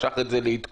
משך את זה לעדכון,